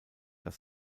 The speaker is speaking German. das